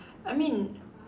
I mean